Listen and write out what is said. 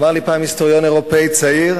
אמר לי פעם היסטוריון אירופי צעיר: